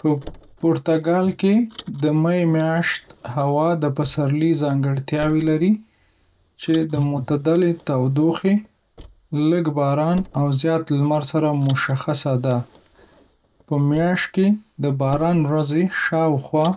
په پرتګال کې د کال د می میاشت هوا د پسرلي ځانګړتیاوې لري، چې د معتدلې تودوخې، لږ باران، او زیات لمر سره مشخصه ده. په میاشت کې د باران ورځې شاوخوا